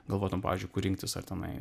galvotum pavyzdžiui kur rinktis ar tenai